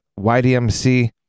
YDMC